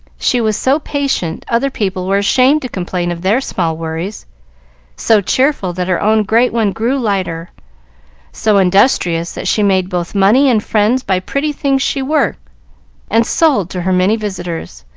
she was so patient, other people were ashamed to complain of their small worries so cheerful, that her own great one grew lighter so industrious, that she made both money and friends by pretty things she worked and sold to her many visitors.